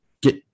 Get